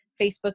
Facebook